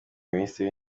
minisitiri